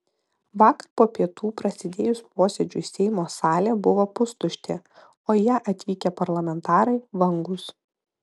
vakar po pietų prasidėjus posėdžiui seimo salė buvo pustuštė o į ją atvykę parlamentarai vangūs